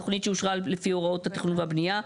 תוכנית שאושרה לפי הוראות התכנון והבנייה.